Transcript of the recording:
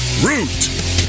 Root